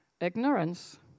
Ignorance